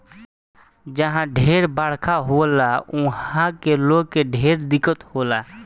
जहा ढेर बरखा होला उहा के लोग के ढेर दिक्कत होला